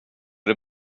det